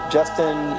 Justin